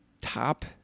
Top